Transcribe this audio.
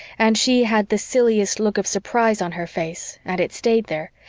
and she had the silliest look of surprise on her face and it stayed there,